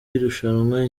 y’irushanwa